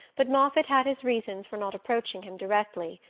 but moffatt had his reasons for not approaching him directly.